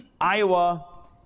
Iowa